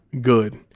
good